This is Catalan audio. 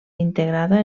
integrada